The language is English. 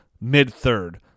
mid-third